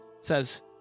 Says